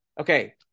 okay